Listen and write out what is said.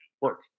work